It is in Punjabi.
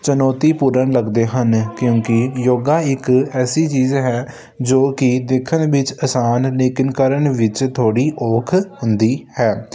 ਚੁਣੌਤੀਪੂਰਨ ਲੱਗਦੇ ਹਨ ਕਿਉਂਕਿ ਯੋਗਾ ਇੱਕ ਐਸੀ ਚੀਜ਼ ਹੈ ਜੋ ਕਿ ਦੇਖਣ ਵਿੱਚ ਆਸਾਨ ਲੇਕਿਨ ਕਰਨ ਵਿੱਚ ਥੋੜ੍ਹੀ ਔਖੀ ਹੁੰਦੀ ਹੈ